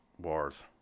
Wars